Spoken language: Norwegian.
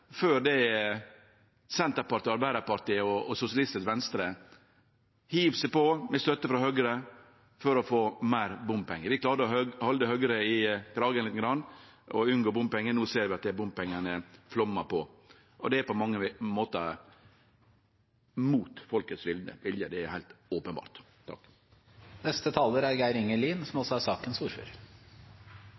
før Senterpartiet, Arbeidarpartiet og SV hiv seg på – med støtte frå Høgre – for å få meir bompengar. Vi klarte å halde Høgre lite grann i kragen og unngå bompengar, no ser vi at bompengane fløymer på. Og det er på mange måtar imot folkets vilje, det er heilt openbert. Det er interessant å følgje debatten og historia om det som har skjedd. Når representanten Sve seier at det som skjer no, er